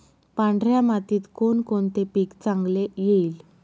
पांढऱ्या मातीत कोणकोणते पीक चांगले येईल?